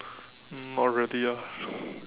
um not really ah